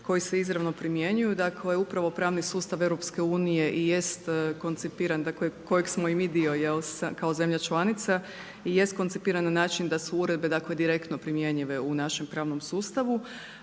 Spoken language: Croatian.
koji se izravno primjenjuju, upravo pravni sustav EU i jest koncipiran da kojeg smo i mi dio kao zemlja članica, jest koncipiran na način da su uredbe direktno primjenjive u našem pravnom sustavu.